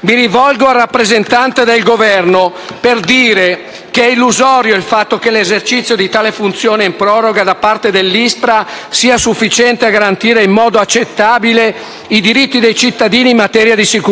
Mi rivolgo al rappresentante del Governo per dire che è illusorio il fatto che l'esercizio di tale funzione in proroga da parte dell'ISPRA sia sufficiente a garantire in modo accettabile i diritti dei cittadini in materia di sicurezza